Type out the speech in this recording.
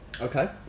Okay